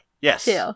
Yes